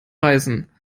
beißen